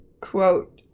quote